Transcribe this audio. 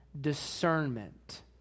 discernment